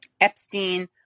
Epstein